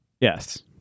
Yes